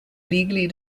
legally